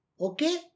Okay